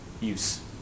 use